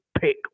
pick